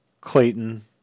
Clayton